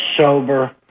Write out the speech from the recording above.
sober